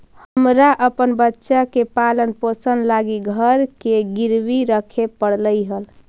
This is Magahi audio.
हमरा अपन बच्चा के पालन पोषण लागी घर के गिरवी रखे पड़लई हल